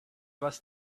was